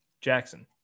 Jackson